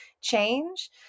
change